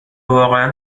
واقعا